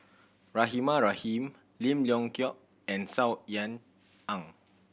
Rahimah Rahim Lim Leong Geok and Saw Ean Ang